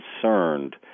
concerned